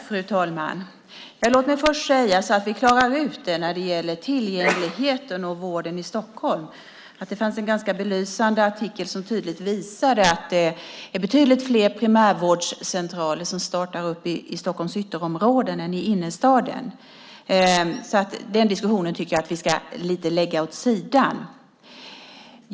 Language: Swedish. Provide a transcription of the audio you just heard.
Fru talman! Låt mig först säga, så att vi klarar ut det när det gäller tillgängligheten och vården i Stockholm, att det fanns en ganska belysande artikel som tydligt visade att det startar betydligt fler primärvårdscentraler i Stockholms ytterområden än i innerstaden. Den diskussionen tycker jag därför att vi ska lägga åt sidan.